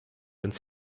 ins